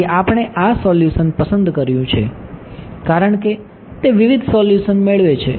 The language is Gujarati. તેથી આપણે આ સોલ્યુશન પસંદ કર્યું છે કારણ કે તે વિવિધ સોલ્યુશન્સ મેળવે છે